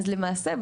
אז למעשה,